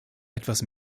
etwas